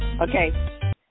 Okay